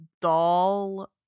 doll